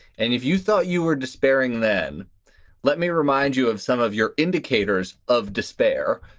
and if you thought you were despairing, then let me remind you of some of your indicators of despair.